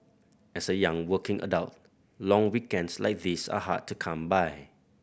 as a young working adult long weekends like these are hard to come by